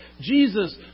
Jesus